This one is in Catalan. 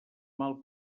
mal